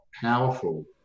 powerful